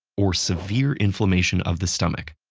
or severe inflammation of the stomach,